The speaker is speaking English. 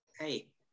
hey